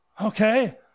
Okay